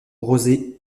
rosés